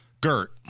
Gert